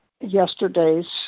yesterday's